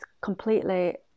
completely